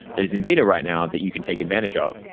that is in beta right now, that you can take advantage of.